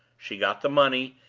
she got the money,